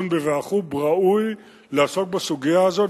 ראוי לעסוק בסוגיה הזאת,